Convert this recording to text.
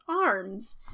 arms